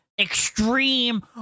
extreme